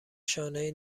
شانهای